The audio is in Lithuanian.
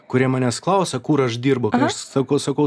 kurie manęs klausia kur aš dirbu sakau sakau